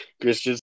Christian